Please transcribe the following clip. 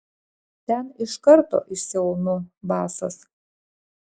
ten iš karto išsiaunu basas